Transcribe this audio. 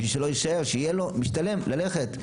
בשביל שיהיה לו משתלם ללכת,